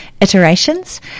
iterations